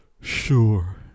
Sure